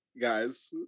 guys